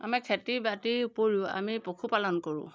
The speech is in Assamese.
আমি খেতি বাতিৰ উপৰিও আমি পশুপালন কৰোঁ